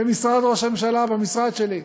במשרד ראש הממשלה, במשרד שלי,